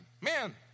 man